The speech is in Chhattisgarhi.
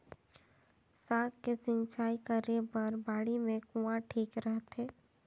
साग के सिंचाई करे बर बाड़ी मे कुआँ ठीक रहथे?